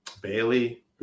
Bailey